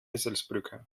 eselsbrücke